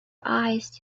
eyes